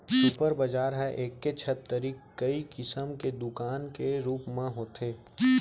super बजार ह एके छत तरी कई किसम के दुकान के रूप म होथे